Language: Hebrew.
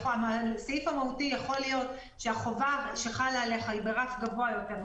בסעיף המהותי יכול להיות שהחובה שחלה עליך היא ברף גבוה יותר,